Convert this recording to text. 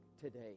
today